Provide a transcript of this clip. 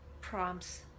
prompts